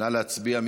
נא להצביע.